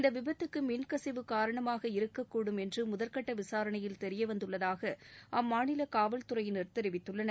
இந்த விபத்துக்கு மின்கசிவு காரணமாக இருக்கக்கூடும் என்று முதற்கட்ட விசாரணையில் தெரியவந்துள்ளதாக அம்மாநில காவல் துறையினர் தெரிவித்துள்ளனர்